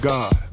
God